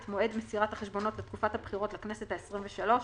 את מועד מסירת החשבונות לתקופת הבחירות לכנסת העשרים ושלוש,